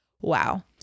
Wow